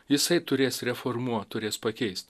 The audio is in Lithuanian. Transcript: jisai turės reformuot turės pakeist